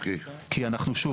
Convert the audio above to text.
כי אנחנו שוב,